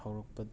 ꯍꯧꯔꯛꯄ